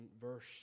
verse